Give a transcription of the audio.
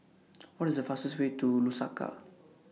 What IS The fastest Way to Lusaka